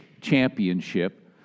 championship